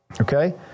Okay